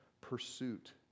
pursuit